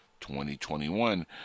2021